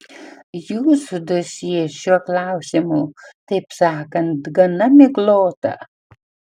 jūsų dosjė šiuo klausimu taip sakant gana miglota